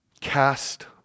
Cast